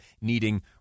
needing